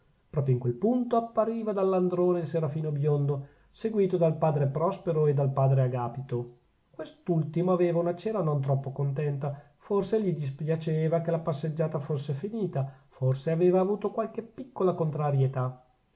proprio in quel punto appariva dall'androne il serafino biondo seguito dal padre prospero e dal padre agapito quest'ultimo aveva una cera non troppo contenta forse gli dispiaceva che la passeggiata fosse finita forse aveva avuto qualche piccola contrarietà